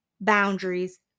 boundaries